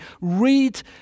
read